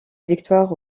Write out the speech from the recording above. victoire